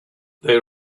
they